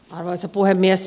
arvoisa puhemies